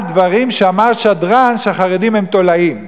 על דברים שאמר שדרן, שהחרדים הם תולעים.